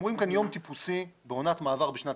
אתם רואים כאן יום טיפוסי בעונת מעבר בשנת